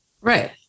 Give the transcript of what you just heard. Right